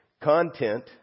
Content